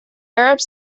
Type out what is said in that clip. arabs